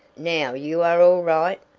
now you are all right.